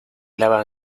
lava